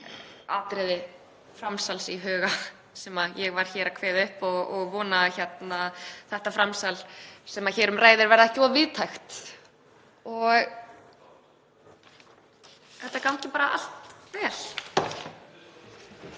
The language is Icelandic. atriði framsals í huga sem ég var hér að telja upp og vona að þetta framsal sem hér um ræðir verði ekki of víðtækt og þetta gangi allt vel.